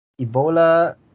Ebola